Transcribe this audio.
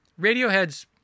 Radiohead's